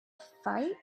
fight